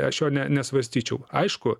aš jo ne nesvarstyčiau aišku